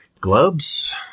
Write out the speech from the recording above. Gloves